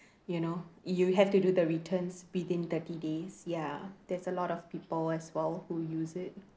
you know you have to do the returns within thirty days ya there's a lot of people as well who use it